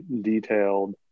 detailed